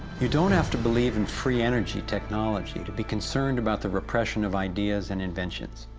you don't have to believe in free energy technology, to be concerned about the repression of ideas and inventions.